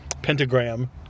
pentagram